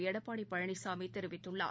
எடப்பாடிபழனிசாமிதெரிவித்துள்ளார்